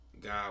God